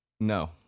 no